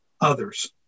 others